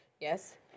Yes